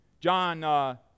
John